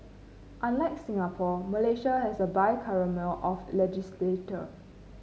unlike Singapore Malaysia has a bicameral of legislature